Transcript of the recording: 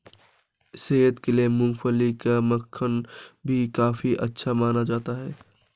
सेहत के लिए मूँगफली का मक्खन भी काफी अच्छा माना जाता है